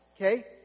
okay